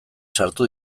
sartu